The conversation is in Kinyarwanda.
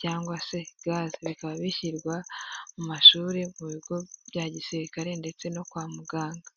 cyangwa se gaze bikaba bishyirwa mu mashuri mu bigo bya gisirikare ndetse no kwa muganga.